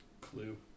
Clue